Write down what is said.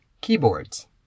keyboards